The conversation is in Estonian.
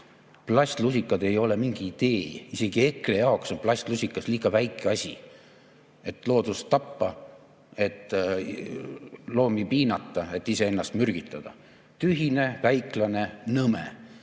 Plastlusikad ei ole mingi idee. Isegi EKRE jaoks on plastlusikas liiga väike asi, et loodust tappa, et loomi piinata, et iseennast mürgitada. Tühine, väiklane, nõme.